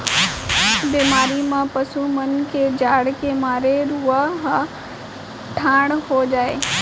बेमारी म पसु मन के जाड़ के मारे रूआं ह ठाड़ हो जाथे